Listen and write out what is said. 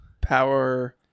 Power